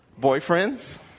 Boyfriends